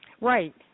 Right